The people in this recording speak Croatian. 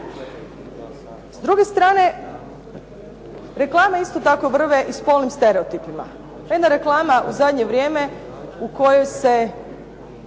S druge strane, reklame isto tako vrve i spolnim stereotipima.